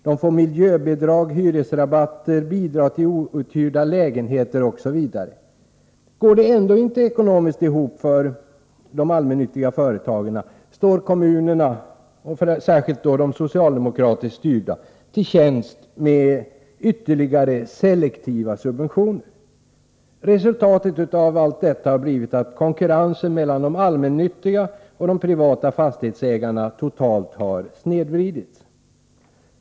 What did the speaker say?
De får miljöbidrag, hyresrabatter, bidrag till outhyrda lägenheter osv. Går det ändå inte ihop ekonomiskt för de allmännyttiga företagen står kommunerna — särskilt de socialdemokratiskt styrda — till tjänst med ytterligare selektiva subventioner. Resultatet av detta har blivit att konkurrensen mellan de allmännyttiga och de privata fastighetsägarna totalt har snedvridits.